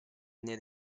near